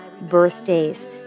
birthdays